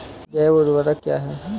जैव ऊर्वक क्या है?